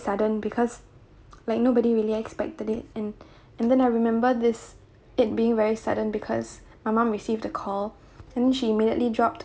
sudden because like nobody really expected it and and then I remember this it being very sudden because my mom received a call and she immediately dropped